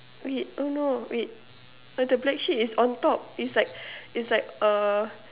wait oh no wait uh the black sheep is on top is like is like err